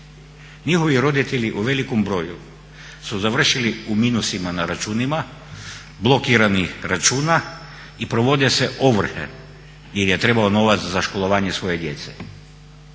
njihovi roditelji u velikom broju su završili u minusima na računima, blokiranih računa i provode se ovrhe jer je trebao novac za školovanje svoje djece.